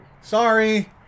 Sorry